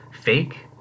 fake